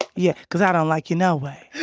yeah, because i don't like you no way.